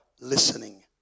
listening